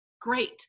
great